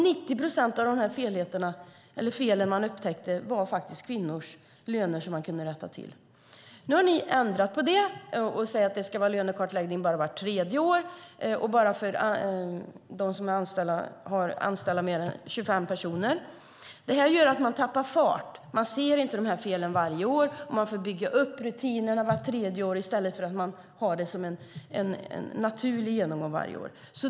90 procent av de fel man upptäckte handlade om kvinnors löner, och man kunde rätta till det. Nu har ni ändrat på det och säger att det bara ska vara lönekartläggning vart tredje år och bara för företag med fler än 25 anställda. Det gör att man tappar fart. Man ser inte de här felen varje år. Man får bygga upp rutinerna vart tredje år i stället för att ha det som en naturlig genomgång varje år.